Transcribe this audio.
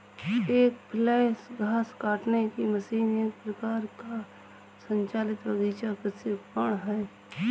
एक फ्लैल घास काटने की मशीन एक प्रकार का संचालित बगीचा कृषि उपकरण है